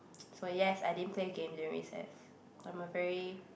so yes I didn't play games during recess I'm a very